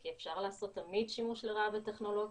כי אפשר לעשות תמיד שימוש לרעה בטכנולוגיה,